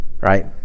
right